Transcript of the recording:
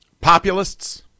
populists